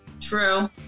True